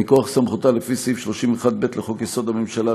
מכוח סמכותה לפי סעיף 31(ב) לחוק-יסוד: הממשלה,